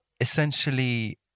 essentially